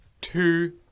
two